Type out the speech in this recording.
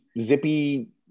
zippy